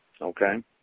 okay